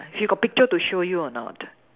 she got picture to show you or not